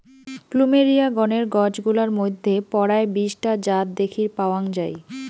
plumeria গণের গছ গুলার মইধ্যে পরায় বিশ টা জাত দ্যাখির পাওয়াং যাই